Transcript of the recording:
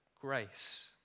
grace